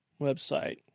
website